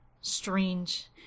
Strange